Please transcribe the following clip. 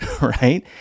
right